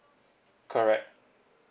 correct